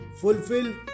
fulfill